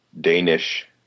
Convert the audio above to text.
Danish